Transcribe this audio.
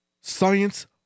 science